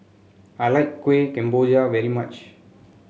I like Kueh Kemboja very much